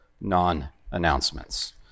non-announcements